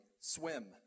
swim